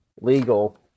legal